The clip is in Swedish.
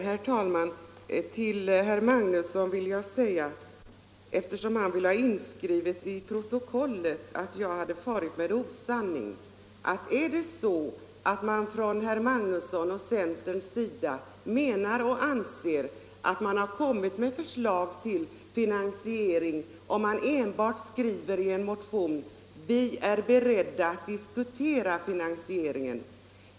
Herr talman! Till herr Magnusson i Nennesholm, som vill ha inskrivet i protokollet att jag har farit med osanning, vill jag säga: Är det så att herr Magnusson och centern anser att man har kommit med förslag till finansiering om man enbart skriver i en motion att man är beredd att diskutera finansieringen?